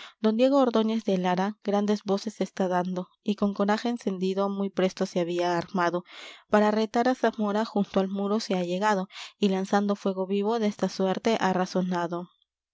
don diego ordóñez de lara grandes voces está dando y con coraje encendido muy presto se había armado para retar á zamora junto al muro se ha llegado y lanzando fuego vivo desta suerte